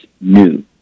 new